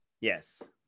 Yes